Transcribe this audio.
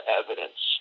evidence